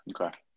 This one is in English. Okay